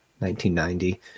1990